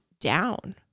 down